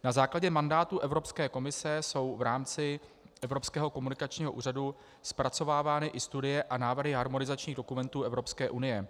Na základě mandátu Evropské komise jsou v rámci Evropského komunikačního úřadu zpracovávány i studie a návrhy harmonizačních dokumentů EU.